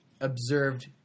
observed